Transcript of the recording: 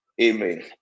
Amen